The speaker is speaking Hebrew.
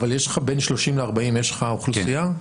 בין 30 ל-40 יש לך אוכלוסייה?